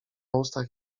ustach